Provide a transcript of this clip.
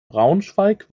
braunschweig